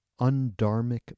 undarmic